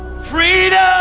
freedom.